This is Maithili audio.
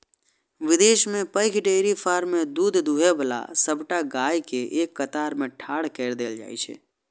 विदेश मे पैघ डेयरी फार्म मे दूध दुहै बला सबटा गाय कें एक कतार मे ठाढ़ कैर दै छै